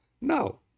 No